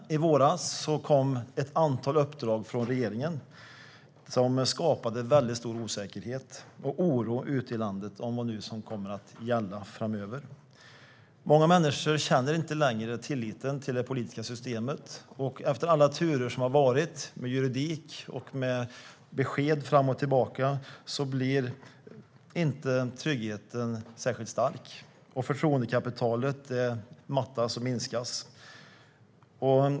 I våras kom ett antal uppdrag från regeringen som skapade stor osäkerhet och oro ute i landet om vad som kommer att gälla framöver. Många människor känner inte längre tillit till det politiska systemet. Efter alla turer med juridik och besked fram och tillbaka blir inte tryggheten särskilt stark. Förtroendekapitalet mattas och minskas.